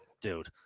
Dude